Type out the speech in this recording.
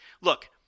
Look